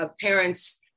parent's